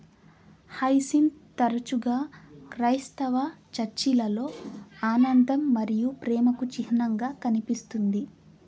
hyacinth తరచుగా క్రైస్తవ చర్చిలలో ఆనందం మరియు ప్రేమకు చిహ్నంగా కనిపిస్తుంది